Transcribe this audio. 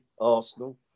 Arsenal